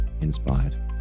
inspired